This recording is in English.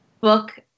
book